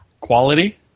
Quality